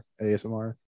ASMR